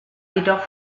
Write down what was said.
jedoch